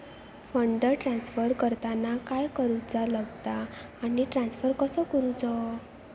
Fund transfer करताना काय करुचा लगता आनी ट्रान्स्फर कसो करूचो?